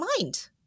mind